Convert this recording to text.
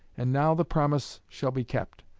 and now the promise shall be kept,